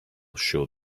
show